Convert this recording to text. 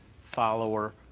follower